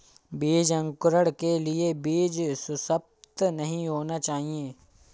बीज अंकुरण के लिए बीज सुसप्त नहीं होना चाहिए